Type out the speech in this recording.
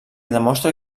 demostra